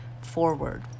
forward